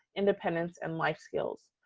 independence, and life skills.